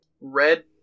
red